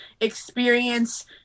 experience